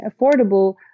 affordable